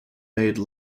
made